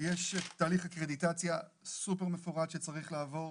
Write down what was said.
תהליך אקרדיטציה סופר מפורט שצריך לעבור,